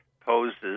poses